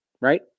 right